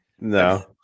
no